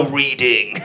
reading